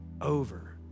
over